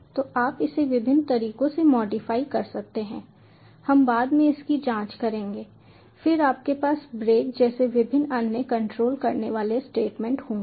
तो आप इसे विभिन्न तरीकों से मॉडिफाई कर सकते हैं हम बाद में इसकी जांच करेंगे फिर आपके पास ब्रेक जैसे विभिन्न अन्य कंट्रोल करने वाले स्टेटमेंट होंगे